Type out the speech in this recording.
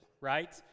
right